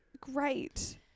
great